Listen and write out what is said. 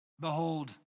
Behold